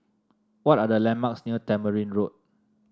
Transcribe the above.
what are the landmarks near Tamarind Road